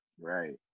right